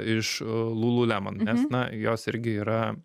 iš lulu lemon nes na jos irgi yra